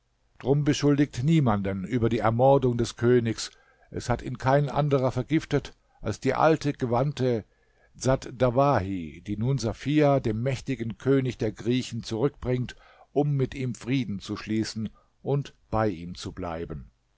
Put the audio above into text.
drum beschuldigt niemanden über die ermordung des königs es hat ihn kein anderer vergiftet als die alte gewandte dsat dawahi die nun safia dem mächtigen könig der griechen zurückbringt um mit ihm frieden zu schließen und bei ihm zu bleiben